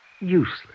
useless